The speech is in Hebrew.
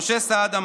משה סעדה,